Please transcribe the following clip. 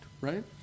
right